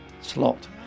slot